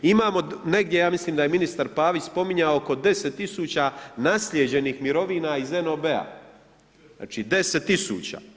Imamo negdje, ja mislim da je ministar Pavić spominjao, oko 10 000 naslijeđenih mirovina iz NOB-a, znači 10 000.